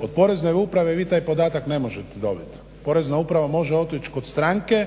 od Porezne uprave vi taj podatak ne možete dobiti. Porezna uprava može otići kod stranke,